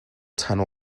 tunnel